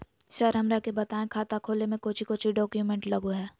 Sir हमरा के बताएं खाता खोले में कोच्चि कोच्चि डॉक्यूमेंट लगो है?